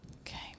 Okay